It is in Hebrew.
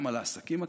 כמה לעסקים הקטנים.